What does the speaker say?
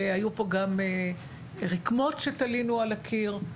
והיו פה גם רקמות שתלינו על הקיר,